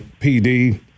PD